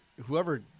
whoever